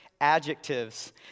adjectives